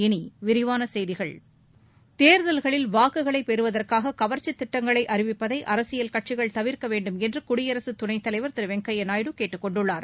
இனி விரிவான செய்திகள் தேர்தல்களில் வாக்குகளை பெறுவதற்காக கவர்ச்சித் திட்டங்களை அறிவிப்பதில் அரசியல் கட்சிகள் கவனமாக இருக்க வேண்டும் என்று குடியரசு துணைத்தலைவர் திரு வெங்கையா நாயுடு அறிவுறுத்தியுள்ளார்